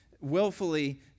willfully